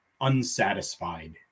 unsatisfied